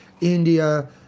India